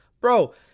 Bro